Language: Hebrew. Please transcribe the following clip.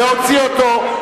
להוציא אותו.